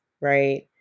right